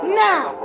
now